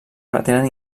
pretenen